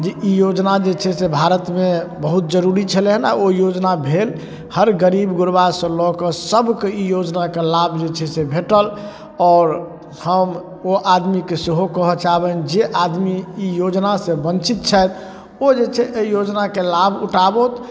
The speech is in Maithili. जे ई योजना जे छै से भारतमे बहुत जरूरी छलै हन आओर ओ योजना भेल हर गरीब गोरबासँ लऽ कऽ सभके ई योजनाके लाभ जे छै से भेटल आओर हम ओ आदमीके सेहो कहऽ चाहबनि जे आदमी ई योजनासँ वञ्चित छथि ओ जे छै अइ योजनाके लाभ उठाबथु